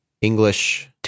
English